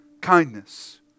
kindness